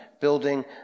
building